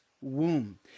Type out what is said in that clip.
womb